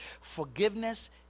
Forgiveness